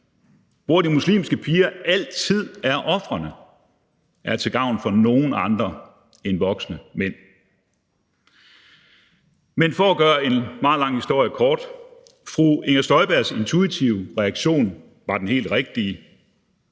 hvor de muslimske piger altid er ofrene, er til gavn for nogen andre end voksne mænd. Men for at gøre en meget lang historie kort: Fru Inger Støjbergs intuitive reaktion var den helt rigtige